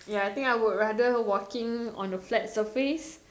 ya I think I would rather walking on a flat surface